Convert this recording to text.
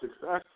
success